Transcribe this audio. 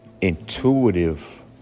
intuitive